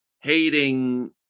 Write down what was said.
hating